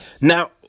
Now